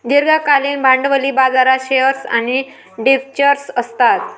दीर्घकालीन भांडवली बाजारात शेअर्स आणि डिबेंचर्स असतात